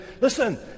Listen